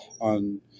on